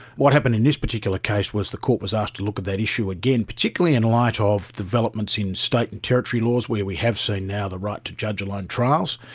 what happened in this particular case was the court was asked to look at that issue again, particularly in light of developments in state and territory laws where we have seen now the right to judge-alone trials,